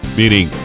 meaning